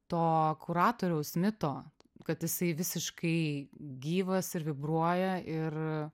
to kuratoriaus mito kad jisai visiškai gyvas ir vibruoja ir